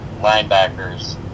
linebackers